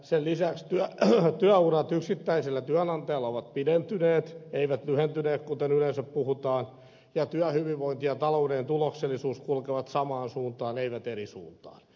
sen lisäksi työurat yksittäisellä työnantajalla ovat pidentyneet eivät lyhentyneet kuten yleensä puhutaan ja työhyvinvointi ja talouden tuloksellisuus kulkevat samaan suuntaan eivät eri suuntaan